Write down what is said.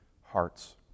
hearts